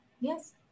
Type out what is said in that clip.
Yes